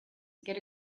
get